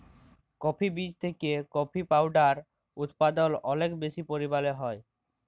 coffee বীজ থেকে coffee powder উদপাদল অলেক বেশি পরিমালে হ্যয়